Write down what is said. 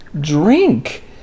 drink